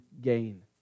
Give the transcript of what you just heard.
gain